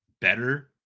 better